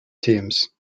teams